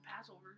Passover